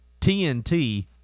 TNT